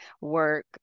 work